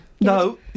No